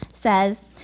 says